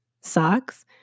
socks